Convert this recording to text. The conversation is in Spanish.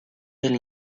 del